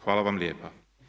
Hvala vam lijepa.